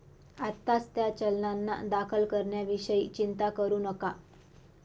आत्ताच त्या चलनांना दाखल करण्याविषयी चिंता करू नका